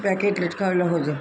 packet લટકાવેલા હોય છે